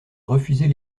refuser